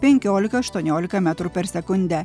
penkiolika aštuoniolika metrų per sekundę